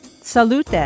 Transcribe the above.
Salute